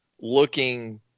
looking